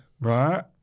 right